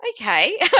okay